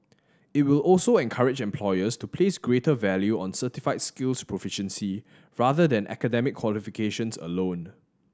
it will also encourage employers to place greater value on certified skills proficiency rather than academic qualifications alone